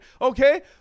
Okay